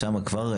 שמה כבר,